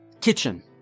Kitchen